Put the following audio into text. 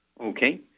Okay